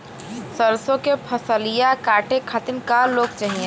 सरसो के फसलिया कांटे खातिन क लोग चाहिए?